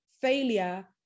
failure